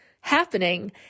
happening